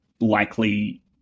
likely